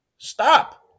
Stop